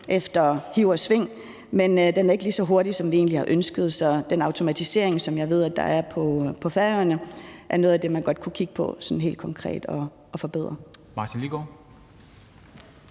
– med hiv og sving – men den er ikke lige så hurtig, som vi egentlig har ønsket, så den automatisering, som jeg ved der er på Færøerne, er noget af det, man godt kunne kigge på sådan helt konkret at forbedre.